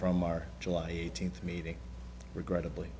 from our july eighteenth meeting regrettably